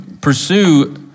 pursue